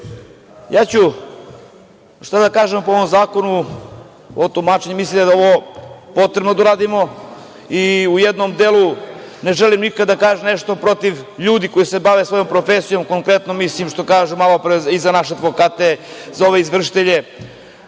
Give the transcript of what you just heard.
se. Šta da kažemo o ovom Zakonu autentičnog tumačenja? Mislim da je ovo potrebno da uradimo i u jednom delu ne želim nikad da kažem nešto protiv ljudi koji se bave svojom profesijom, konkretno mislim što kažu malo pre i za naše advokate, za ove izvršitelje,